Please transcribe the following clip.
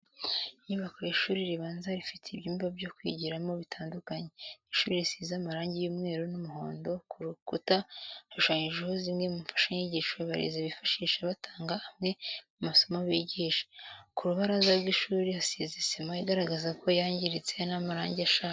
Inyubako y'ishuri ribanza rifite ibyumba byo kwigiramo bitandukanye, ishuri risize amarangi y'umweru n'umuhondo, ku rukura hashushanyijeho zimwe mu mfashanyigisho abarezi bifashisha batanga amwe mu masomo bigisha. Ku rubaraza rw'ishuri hasize sima igaragara ko yangiritse n'amarangi arashaje.